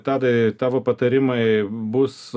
tadai tavo patarimai bus